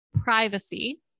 Privacy